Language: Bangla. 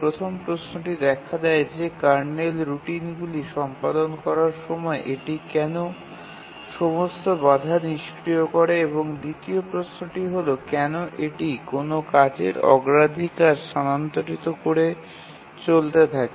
প্রথম প্রশ্নটি দেখা দেয় যে কার্নেল রুটিনগুলি সম্পাদন করার সময় এটি কেন সমস্ত বাধা নিষ্ক্রিয় করে এবং দ্বিতীয় প্রশ্নটি হল কেন এটি কোনও কাজের অগ্রাধিকার স্থানান্তরিত করে চলতে থাকে